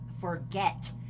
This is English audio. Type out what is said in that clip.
forget